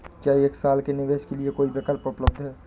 क्या एक साल के निवेश के लिए कोई विकल्प उपलब्ध है?